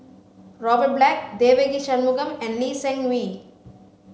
Robert Black Devagi Sanmugam and Lee Seng Wee